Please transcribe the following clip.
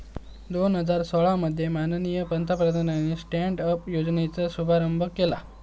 दोन हजार सोळा मध्ये माननीय प्रधानमंत्र्यानी स्टॅन्ड अप योजनेचो शुभारंभ केला